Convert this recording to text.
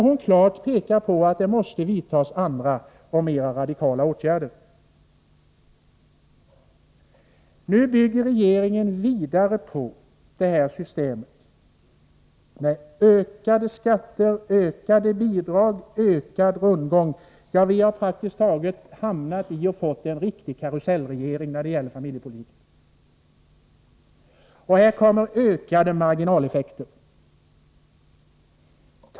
Hon pekar på att det helt klart måste vidtas andra och mera radikala åtgärder. Nu bygger regeringen vidare på det här systemet med ökade skatter, ökade bidrag, ökad rundgång - ja, vi har fått en riktig karusellregering när det gäller familjepolitiken. Här kommer ökade marginaleffekter in.